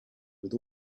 with